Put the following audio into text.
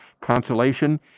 consolation